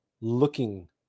looking